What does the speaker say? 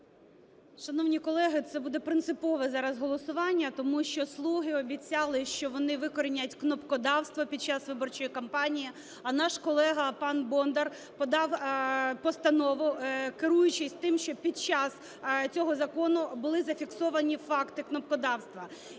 Шановні колеги, це буде принципове голосування, тому що "слуги" обіцяли, що вони викоренять кнопкодавство під час виборчої кампанії. А наш колега пан Бондар подав постанову, керуючись тим, що під час цього закону були зафіксовані факти кнопкодавства.